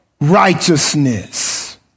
righteousness